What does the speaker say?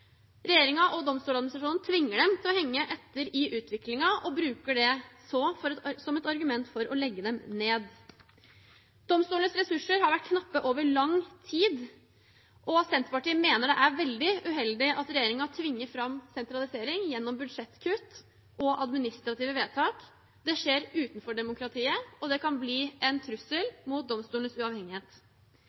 og Domstoladministrasjonen tvinger dem til å henge etter i utviklingen og bruker det så som et argument for å legge dem ned. Domstolenes ressurser har vært knappe over lang tid, og Senterpartiet mener det er veldig uheldig at regjeringen tvinger fram sentralisering gjennom budsjettkutt og administrative vedtak. Det skjer utenfor demokratiet, og det kan bli en trussel mot domstolenes uavhengighet.